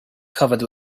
covered